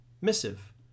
missive